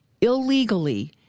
illegally